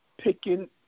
picking